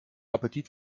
appetit